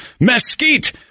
mesquite